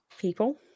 people